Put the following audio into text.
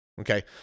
Okay